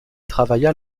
travailla